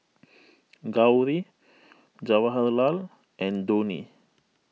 Gauri Jawaharlal and Dhoni